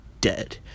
dead